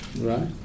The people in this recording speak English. Right